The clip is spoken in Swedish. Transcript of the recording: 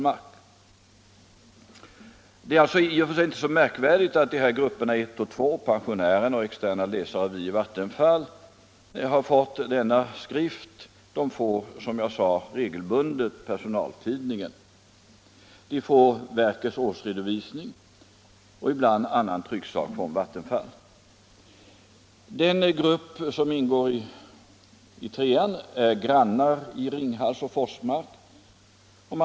Det är i och för sig inte så märkvärdigt att grupperna 1 och 2, egen personal, pensionärer och läsare av Vi i Vattenfall har fått denna skrift. De får, som jag sade, regelbundet personaltidningen, de får vidare verkets årsredovisning och ibland även annan trycksak från Vattenfall. Den tredje gruppen är grannar i Ringhals och Forsmark.